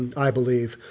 i believe.